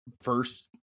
first